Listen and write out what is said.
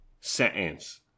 sentence